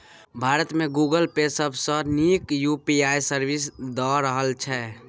भारत मे Google Pay सबसँ नीक यु.पी.आइ सर्विस दए रहल छै